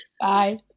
Bye